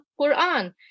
quran